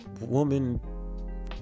woman